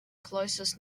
closest